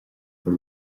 bhur